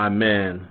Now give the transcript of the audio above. Amen